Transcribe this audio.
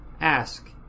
ask